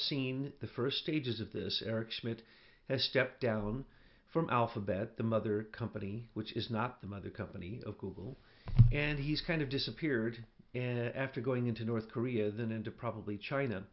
seen the first stages of this eric schmidt has stepped down from alphabet the mother company which is not the mother company of google and he's kind of disappeared after going into north korea than into probably china